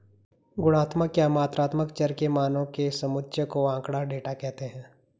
गुणात्मक या मात्रात्मक चर के मानों के समुच्चय को आँकड़ा, डेटा कहते हैं